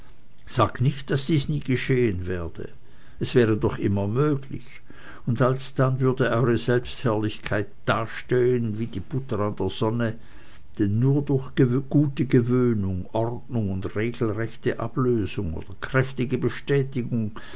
sag nicht daß dies nie geschehen werde es wäre doch immer möglich und alsdann würde eure selbstherrlichkeit dastehen wie die butter an der sonne denn nur durch gute gewöhnung ordnung und regelrechte ablösung oder kräftige bestätigung